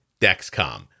Dexcom